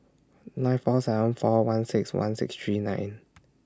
nine four seven four one six one six three nine